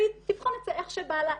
והיא תבחן את זה איך שבא לה,